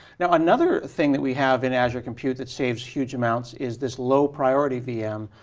now another thing that we have in azure compute that saves huge amounts is this low priority vm.